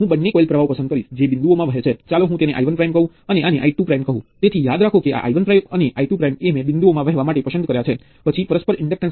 હવે હું તે પછી વધુ વિસ્તૃત રીતે જરૂરી છે તેમાંથી પસાર થઈશ